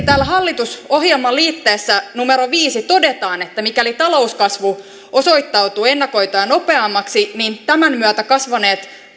täällä hallitusohjelman liitteessä numero viiteen todetaan että mikäli talouskasvu osoittautuu ennakoitua nopeammaksi niin tämän myötä kasvaneet